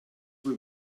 will